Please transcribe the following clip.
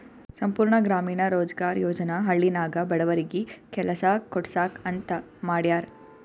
ಸಂಪೂರ್ಣ ಗ್ರಾಮೀಣ ರೋಜ್ಗಾರ್ ಯೋಜನಾ ಹಳ್ಳಿನಾಗ ಬಡವರಿಗಿ ಕೆಲಸಾ ಕೊಡ್ಸಾಕ್ ಅಂತ ಮಾಡ್ಯಾರ್